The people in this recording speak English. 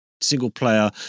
single-player